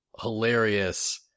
hilarious